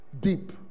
deep